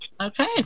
Okay